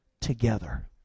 together